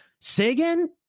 Sagan